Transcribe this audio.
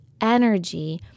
energy